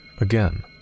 Again